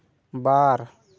ᱵᱟᱨ